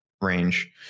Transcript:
range